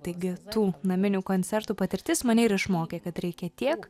taigi tų naminių koncertų patirtis mane ir išmokė kad reikia tiek